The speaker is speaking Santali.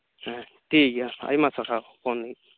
ᱦᱮᱸ ᱴᱷᱤᱠ ᱜᱮᱭᱟ ᱟᱭᱢᱟ ᱥᱟᱨᱦᱟᱣ ᱯᱷᱳᱱ ᱞᱟ ᱜᱤᱫ